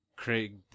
Craig